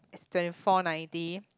it's twenty four ninety